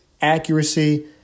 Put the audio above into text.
accuracy